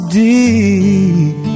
deep